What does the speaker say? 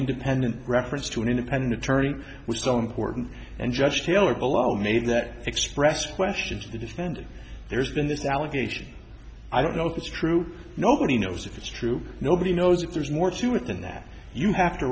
independent reference to an independent attorney was so important and judge taylor below made that expressed question to the defendant there's been this allegation i don't know if it's true nobody knows if it's true nobody knows if there's more to it than that you have to